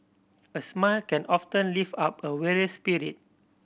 a smile can often lift up a weary spirit